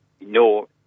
No